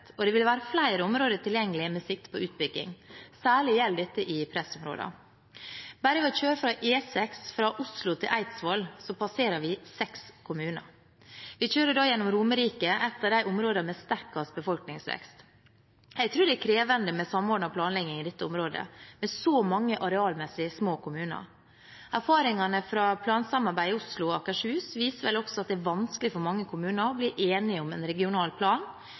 og det vil være flere områder tilgjengelig med sikte på utbygging. Særlig gjelder dette i pressområder. Bare ved å kjøre E6 fra Oslo til Eidsvoll passerer vi seks kommuner. Vi kjører da gjennom Romerike, et av de områdene med sterkest befolkningsvekst. Jeg tror det er krevende med samordnet planlegging i dette området med så mange arealmessig små kommuner. Erfaringene fra plansamarbeidet i Oslo og Akershus viser vel også at det er vanskelig for mange kommuner å bli enige om en regional plan,